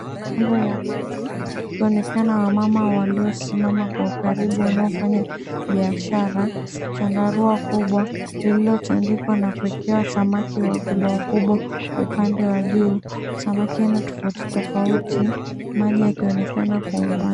Kando ya maji, kunaonekana wamama waliosimama kwa ukaribu wanaofanya biashara. Chandarua kubwa, lililotandikwa na kuwekewa samaki wakubwa wakubwa upande wa juu. Samaki aina tofauti tofauti, maji yakionekana kwa umbali.